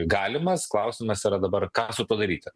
galimas klausimas yra dabar ką su tuo daryti